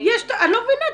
אני לא מבינה,